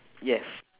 yes